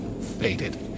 faded